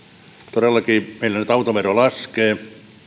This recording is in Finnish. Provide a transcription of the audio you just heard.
todellakin meillä nyt autovero laskee